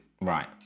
right